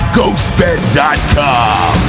GhostBed.com